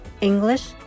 English